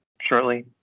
shortly